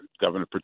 Governor